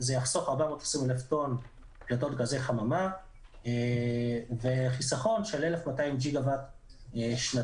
זה יחסוך 420,000 טון פליטות גזי חממה וחיסכון של 1,200 ג'יגה ואט שנתי,